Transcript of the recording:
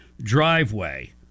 driveway